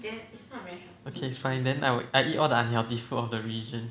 okay fine then I would I eat all the unhealthy of the region